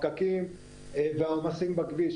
הפקקים והעומסים בכביש,